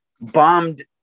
bombed